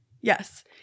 Yes